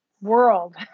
world